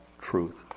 truth